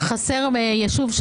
חסר יישוב,